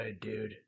dude